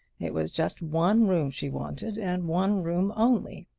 it was just one room she wanted and one room only.